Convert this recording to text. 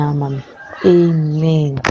Amen